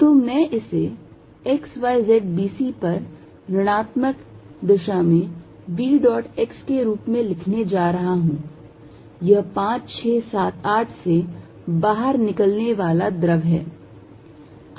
तो मैं इसे x y z b c पर ऋणात्मक दिशा में v dot x के रूप में लिखने जा रहा हूं यह 5 6 7 8 से बाहर निकलने वाला द्रव है